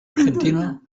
argentino